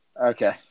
Okay